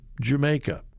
Jamaica